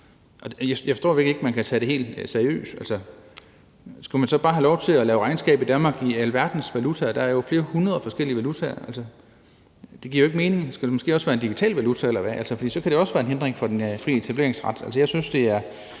Jeg forstår virkelig ikke, at man kan tage det helt seriøst. Skulle man så bare have lov til at lave regnskaber i Danmark i alverdens valutaer? Der er jo flere hundrede forskellige valutaer. Det giver jo ikke mening. Skal det måske også være en digital valuta, eller hvad? Altså, for så kan det også være en hindring for den frie etableringsret.